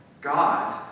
God